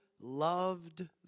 loved